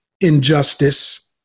injustice